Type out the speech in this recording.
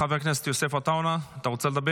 חבר הכנסת יוסף עטאונה, אתה רוצה לדבר?